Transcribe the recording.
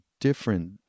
different